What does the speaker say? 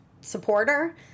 Supporter